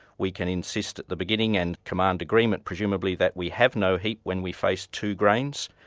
we can insist at the beginning and command agreement, presumably, that we have no heap when we face two grains,